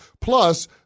Plus